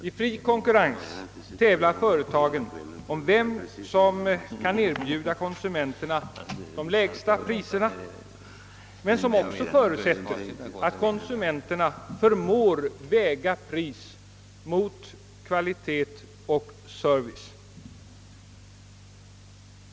I fri konkurrens tävlar företagen om vem som kan erbjuda konsumenterna de vägsta priserna, vilket emellertid förutsätter att konsumenterna förmår väga pris mot kvalitet och service.